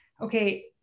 okay